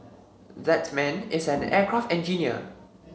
that man is an aircraft engineer